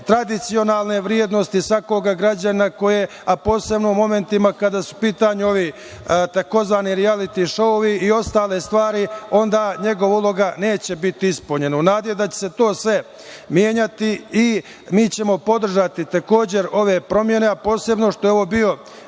tradicionalne vrednosti svakog građanina, koje, a posebno u momentima kada su u pitanju ovi tzv. rijaliti šoui, i ostale stvari, onda njegova uloga neće biti ispunjena.U nadi da će se sve to menjati mi ćemo podržati takođe ove promene, a posebno što je ovo bio,